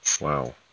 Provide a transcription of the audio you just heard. Wow